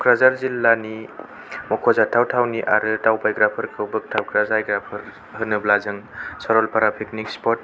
कक्राजार जिल्लानि मख'जाथाव थावनि आरो दावबायग्राफोरखौ बोगथाबग्रा जायगाफोर होनोब्ला जों सरलपारा पिकनिक स्पट